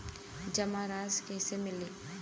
जमा राशि कइसे निकली?